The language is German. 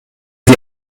sie